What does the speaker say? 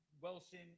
Wilson